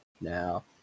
now